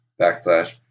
backslash